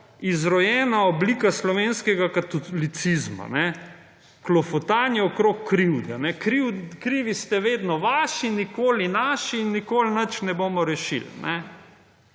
izrojena oblika slovenskega katolicizma. Klofutanje okoli krivde. Krivi ste vedno vaši nikoli naši in nikoli nič ne bomo rešili.